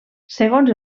segons